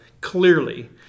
clearly